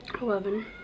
Eleven